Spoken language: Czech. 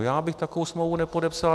Já bych takovou smlouvu nepodepsal.